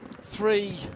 three